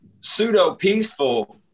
pseudo-peaceful